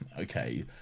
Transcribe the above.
okay